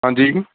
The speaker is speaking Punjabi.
ਹਾਂਜੀ